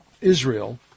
Israel